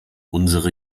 unsere